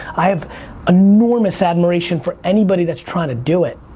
i have enormous admiration for anybody that's tryna do it.